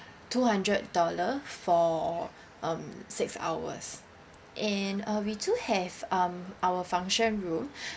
two hundred dollar for um six hours and uh we do have um our function room